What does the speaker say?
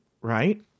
right